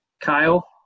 Kyle